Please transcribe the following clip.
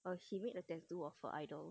um he make a tattoo of her idol